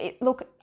look